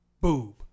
boob